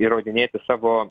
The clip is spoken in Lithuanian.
įrodinėti savo